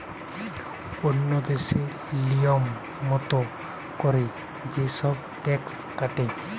ওন্য দেশে লিয়ম মত কোরে যে সব ট্যাক্স কাটে